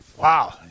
Wow